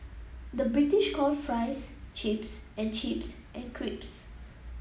the British call fries chips and chips and crisps